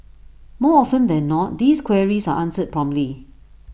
more often than not these queries are answered promptly